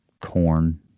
corn